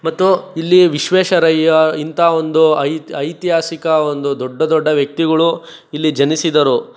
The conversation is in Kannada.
ಮತ್ತು ಇಲ್ಲಿ ವಿಶ್ವೇಶ್ವರಯ್ಯ ಇಂಥ ಒಂದು ಐತಿ ಐತಿಹಾಸಿಕ ಒಂದು ದೊಡ್ಡ ದೊಡ್ಡ ವ್ಯಕ್ತಿಗಳು ಇಲ್ಲಿ ಜನಿಸಿದರು